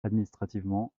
administrativement